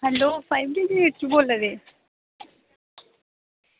hello fire brigade चा बोला दे